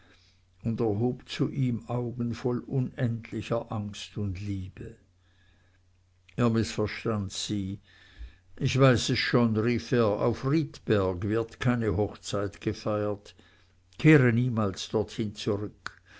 zu ihm augen voll unendlicher angst und liebe er mißverstand sie ich weiß es schon rief er auf riedberg wird keine hochzeit gefeiert kehre niemals dorthin zurück